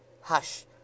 Hush